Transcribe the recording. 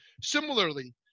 Similarly